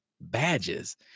Badges